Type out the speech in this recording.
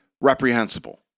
reprehensible